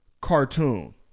cartoon